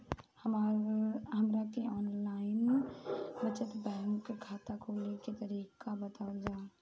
हमरा के online बचत बैंक खाता खोले के तरीका बतावल जाव?